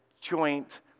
joint